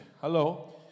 Hello